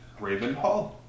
Ravenhall